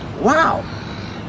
wow